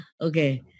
okay